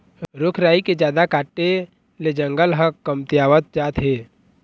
रूख राई के जादा काटे ले जंगल ह कमतियावत जात हे